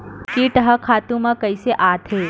कीट ह खातु म कइसे आथे?